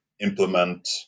implement